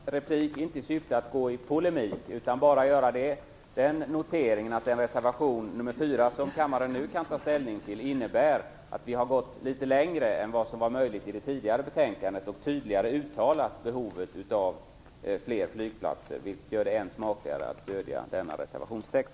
Fru talman! Jag begärde inte replik i syfte att gå i polemik, utan jag vill bara göra den noteringen att vi i den reservation nr 4 som kammaren nu kan ta ställning till har gått litet längre än vad som var möjligt i det tidigare betänkandet och tydligare uttalat behovet av fler flygplatser, vilket gör det än smakligare att stöda denna reservationstext.